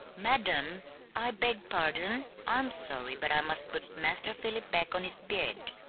madam i beg pardon i'm sorry, but i must put master philip back on his bed.